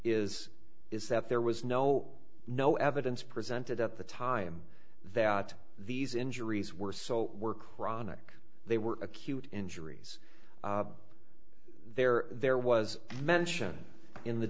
is is that there was no no evidence presented at the time that these injuries were so were chronic they were acute injuries there there was mention in the